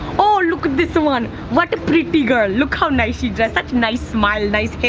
oh, look at this one. what a pretty girl. look how nice she dress. such nice smile, nice hair.